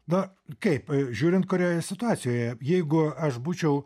na kaip žiūrint kurioje situacijoje jeigu aš būčiau